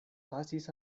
pasis